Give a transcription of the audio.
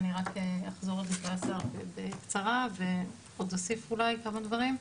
אני רק אחזור על זה בקצרה ועוד אוסיף אולי כמה דברים.